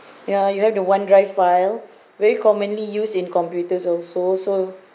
ya you have the one drive file very commonly used in computers also so